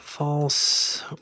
False